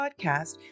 podcast